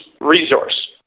resource